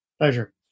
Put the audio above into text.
Pleasure